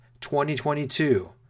2022